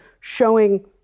showing